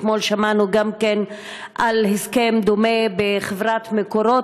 אתמול שמענו גם על הסכם דומה בחברת "מקורות",